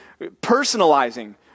personalizing